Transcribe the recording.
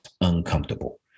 uncomfortable